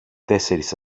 τέσσερις